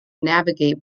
navigate